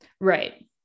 right